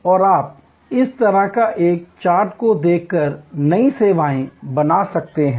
और आप इस तरह एक चार्ट को देखकर नई सेवाएं बना सकते हैं